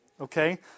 okay